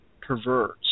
perverts